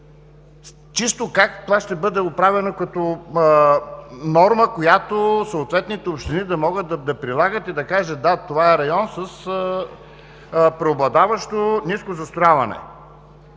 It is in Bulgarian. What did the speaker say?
– чисто как това ще бъде оправено като норма, която съответните общини да могат да прилагат и да кажат: „да, това е район с преобладаващо ниско застрояване“?